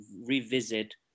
revisit